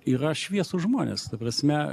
yra šviesūs žmonės ta prasme